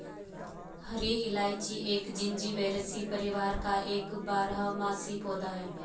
हरी इलायची एक जिंजीबेरेसी परिवार का एक बारहमासी पौधा है